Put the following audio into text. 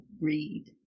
read